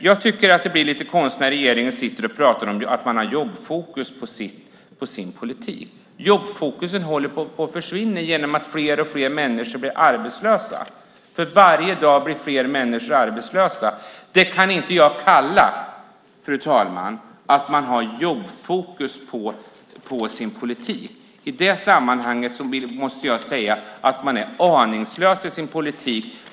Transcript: Jag tycker att det blir lite konstigt när regeringen sitter och pratar om att man har jobbfokus på sin politik. Jobbfokuset håller på att försvinna genom att fler och fler människor blir arbetslösa. För varje dag blir fler människor arbetslösa. Det kan inte jag kalla, fru talman, att man har jobbfokus på sin politik. I det sammanhanget måste jag säga att man är aningslös i sin politik.